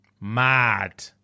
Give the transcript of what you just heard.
Mad